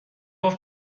گفت